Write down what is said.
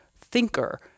thinker